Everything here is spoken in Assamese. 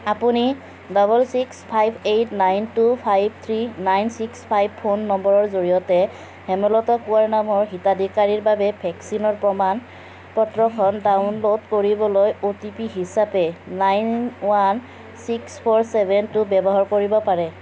আপুনি double six five eight nine two five three nine six five phone নম্বৰৰ জৰিয়তে হেমলতা কোঁৱৰ নামৰ হিতাধিকাৰীৰ বাবে ভেকচিনৰ প্ৰমাণ পত্ৰখন ডাউনলোড কৰিবলৈ অ'টিপি হিচাপে nine one six four seven two ব্যৱহাৰ কৰিব পাৰে